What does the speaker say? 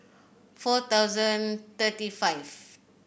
four thousand thirty five